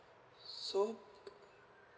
so